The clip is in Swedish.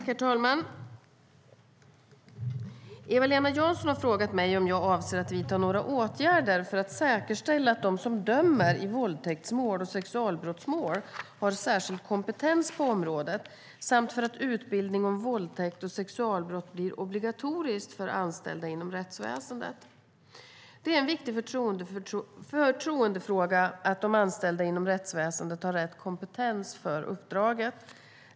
Herr talman! Eva-Lena Jansson har frågat mig om jag avser att vidta några åtgärder för att säkerställa att de som dömer i våldtäktsmål och sexualbrottmål har särskild kompetens på området samt för att utbildning om våldtäkt och sexualbrott blir obligatoriskt för anställda inom rättsväsendet. Det är en viktig förtroendefråga att de anställda inom rättsväsendet har rätt kompetens för uppdraget.